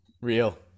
real